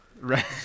right